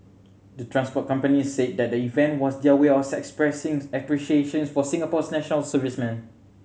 the transport companies said that the event was their way are expressing appreciation for Singapore's national servicemen